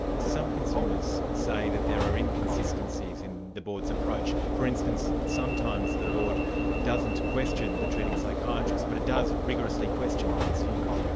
some consumers say that there are inconsistencies in the board's approach. for instance, sometimes the board doesn't question the treating psychiatrist, but it does rigorously question the consumer.